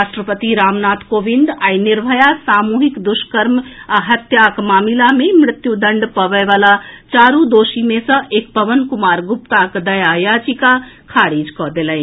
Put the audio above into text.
राष्ट्रपति रामनाथ कोविंद आइ निर्भया सामूहिक दुष्कर्म आ हत्या मामिला मे मृत्यदंड पबए वला चारू दोषी मे सॅ एक पवन कुमार गुप्ताक दया याचिका खारिज कऽ देलनि